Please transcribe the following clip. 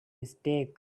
mistake